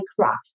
craft